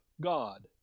God